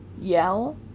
yell